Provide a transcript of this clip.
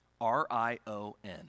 R-I-O-N